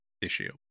issue